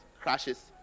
crashes